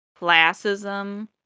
classism